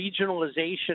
regionalization